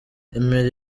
emery